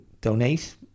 donate